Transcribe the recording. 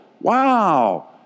wow